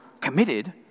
committed